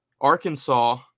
Arkansas